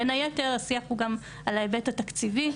בין היתר השיח הוא גם על ההיבט התקציבי.